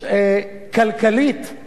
היה כדאי לו להישאר בבית ולא להדריך.